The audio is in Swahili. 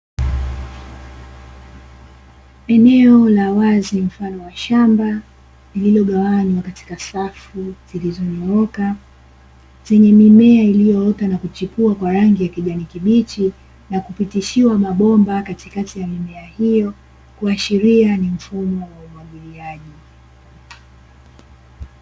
Eneo la wazi mfano wa shamba lililo gawanywa katika safu zilizonyooka zenye mimea iliyoota na kuchepua kwa rangi ya kijani kibichi na kupitishiwa mabomba katikati ya mimea hiyo kuashiria ni mfumo wa umwagiliaji.